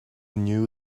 knew